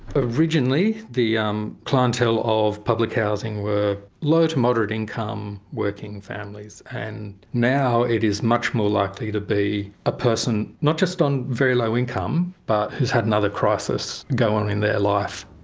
originally the um clientele of public housing were low to moderate income, working families. and now it is much more likely to be a person not just on very low income but who's had another crisis go on in their life.